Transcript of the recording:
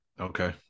okay